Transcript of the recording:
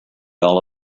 all